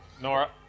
Nora